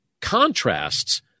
contrasts